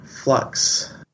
flux